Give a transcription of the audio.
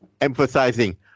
emphasizing